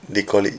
they call it